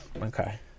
Okay